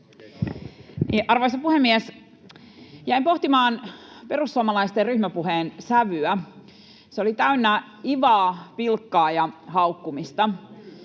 Arvoisa puhemies! Jäin pohtimaan perussuomalaisten ryhmäpuheen sävyä. Se oli täynnä ivaa, pilkkaa ja haukkumista.